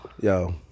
Yo